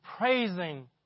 praising